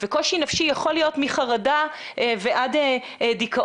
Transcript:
וקושי נפשי יכול להיות מחרדה ועד דיכאון,